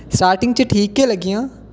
starting च ठीक गै लग्गियां